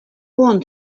want